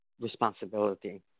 responsibility